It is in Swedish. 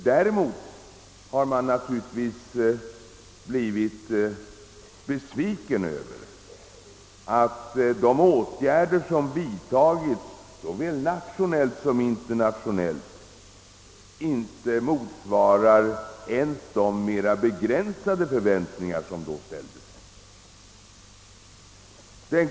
Däremot har man naturligtvis blivit besviken över att de åtgärder som vidtagits såväl nationellt som internationellt inte motsvarar ens de mera begränsade förväntningar som då ställdes.